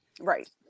Right